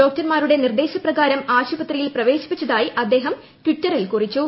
ഡോക്ടർമ്മാരുടെ നിർദ്ദേശ പ്രകാരം ആശുപത്രിയിൽ പ്രവേശിപ്പിച്ചതായി അദ്ദേഹം ട്വീറ്ററിൽ കുറിച്ചു